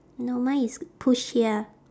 no mine is push here